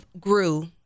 grew